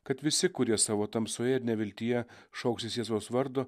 kad visi kurie savo tamsoje ir neviltyje šauksis jėzaus vardo